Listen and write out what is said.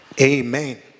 Amen